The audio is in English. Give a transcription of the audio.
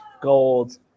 gold